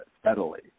steadily